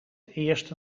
eerste